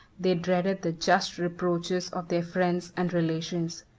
they dreaded the just reproaches of their friends and relations.